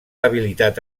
habilitat